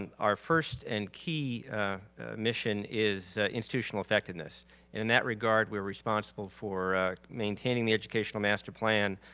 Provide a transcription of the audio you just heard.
our first and key mission is institutional effectiveness. and in that regard, we are responsible for maintaining the educational master plan,